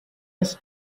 recipe